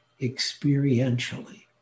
experientially